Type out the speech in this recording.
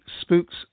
Spook's